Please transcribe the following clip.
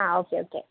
ആ okay okay